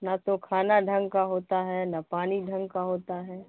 نہ تو کھانا ڈھنگ کا ہوتا ہے نہ پانی ڈھنگ کا ہوتا ہے